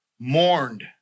Mourned